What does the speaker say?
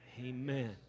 Amen